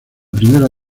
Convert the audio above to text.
primera